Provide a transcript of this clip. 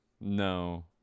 No